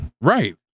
Right